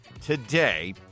today